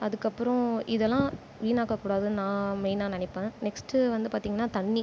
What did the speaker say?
அதுக்கப்பறம் இதெல்லாம் வீணாக்க கூடாதுன்னு நான் மெயினாக நெனைப்பேன் நெக்ஸ்ட் வந்து பார்த்திங்கன்னா தண்ணி